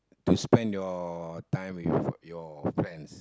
to spend your time with your friends